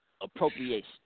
appropriation